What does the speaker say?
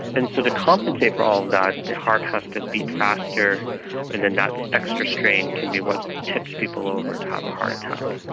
and so to compensate for all of that, the heart has to beat faster and then that extra strain can be what tips people over to have a heart attack.